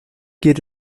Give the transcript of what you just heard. geht